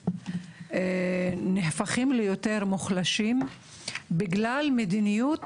נהפכות ליותר מוחלשות בגלל מדיניות